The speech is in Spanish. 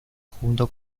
junto